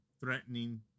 threatening